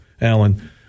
Alan